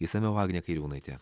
išsamiau agnė kairiūnaitė